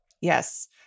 Yes